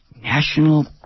National